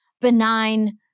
benign